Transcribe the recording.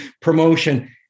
promotion